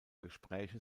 gespräche